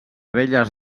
belles